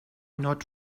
not